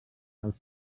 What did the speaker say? del